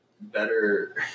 Better